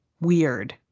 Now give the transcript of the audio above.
weird